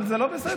אבל זה לא בסדר.